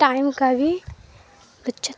time کا بھی بچت